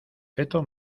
feto